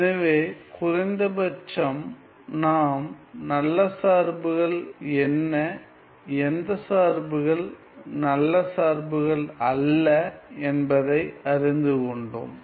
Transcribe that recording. எனவே குறைந்தபட்சம் நாம் நல்ல சார்புகள் என்ன எந்த சார்புகள் நல்ல சார்புகள் அல்ல என்பதை அறிந்து கொண்டோம்